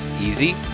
easy